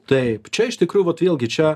taip čia iš tikrųjų vat vėlgi čia